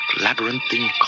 labyrinthine